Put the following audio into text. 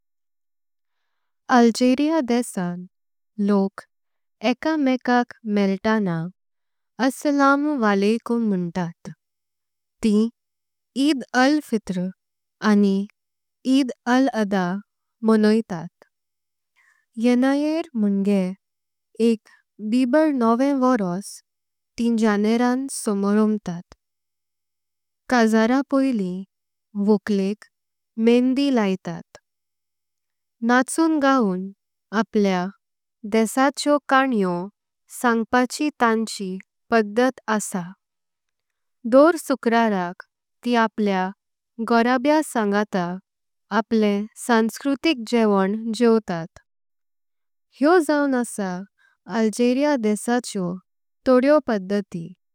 अल्जेरिया देशांत लोक एका मेकाक मेळताना। अस्सलामु अलायकुम म्होंटात तिं ईद अल फित्र। आनि ईद अल अधा मनोतात येन्नाएर म्होंगे एक। बर्बर नवे वर्स तिं जानेरांत समारोम्बतां काजरा। पहलेम वोकलेक मेंहदी लायतात नाचून गाऊँ। आपलेया देशाचें खाणीयो सांगपाचि तांची पधत। आसा दर शुक्राराक तिं आपलेया घोराबेया संगाता। आपलें संस्कृतिक जिववन सोंवसारतात हेव। जाऊँ आसा अल्जेरिया देशाच्या तोड्यो पधती।